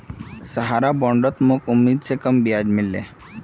सहारार बॉन्डत मोक उम्मीद स कम ब्याज मिल ले